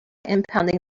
impounding